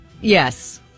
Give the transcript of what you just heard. Yes